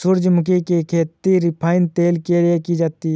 सूरजमुखी की खेती रिफाइन तेल के लिए की जाती है